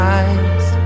eyes